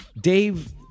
Dave